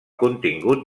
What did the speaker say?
contingut